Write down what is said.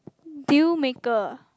deal maker